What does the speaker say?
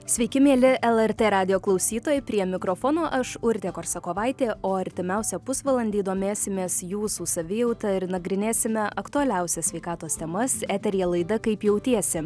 sveiki mieli lrt radijo klausytojai prie mikrofono aš urtė korsakovaitė o artimiausią pusvalandį domėsimės jūsų savijauta ir nagrinėsime aktualiausias sveikatos temas eteryje laida kaip jautiesi